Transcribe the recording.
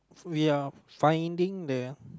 we are finding the